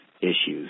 issues